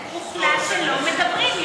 הוחלט שלא מדברים.